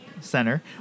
Center